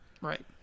Right